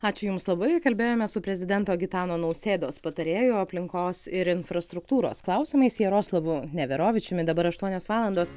ačiū jums labai kalbėjome su prezidento gitano nausėdos patarėju aplinkos ir infrastruktūros klausimais jaroslavu neverovičiumi dabar aštuonios valandos